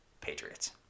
Patriots